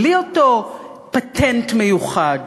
בלי אותו פטנט מיוחד.